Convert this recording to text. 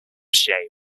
shame